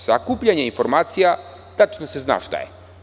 Sakupljanje informacija - tačno se zna šta je.